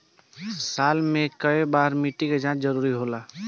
साल में केय बार मिट्टी के जाँच जरूरी होला?